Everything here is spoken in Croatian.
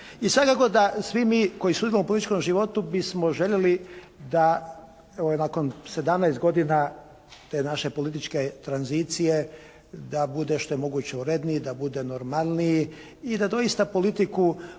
I svakako da svi mi koji sudjelujemo u političkom životu bismo željeli da evo i nakon 17 godina te naše političke tranzicije da bude što je moguće uredniji, da bude normalniji i da doista politiku